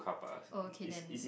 ok then